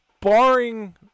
barring